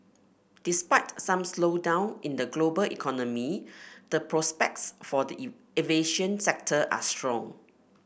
despite some slowdown in the global economy the prospects for the aviation sector are strong